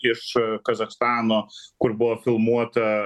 iš kazachstano kur buvo filmuota